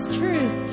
truth